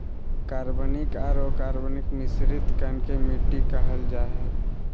कार्बनिक आर अकार्बनिक मिश्रित कण के मिट्टी कहल जा हई